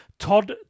Todd